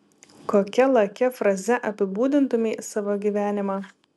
kokia lakia fraze apibūdintumei savo gyvenimą